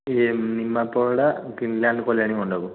ଇଏ ନିମାପଡ଼ା ଭିଲ୍ୟାନ କଲ୍ୟାଣୀ ମଣ୍ଡପ